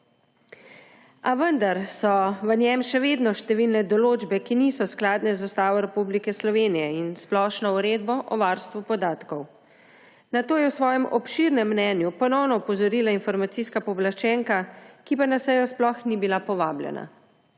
A vendar so v njem še vedno številne določbe, ki niso skladne z Ustavo Republike Slovenije in Splošno uredbo o varstvu podatkov. Na to je v svojem obširnem mnenju ponovno opozorila informacijska pooblaščenka, ki pa na sejo sploh ni bila povabljena.